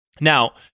Now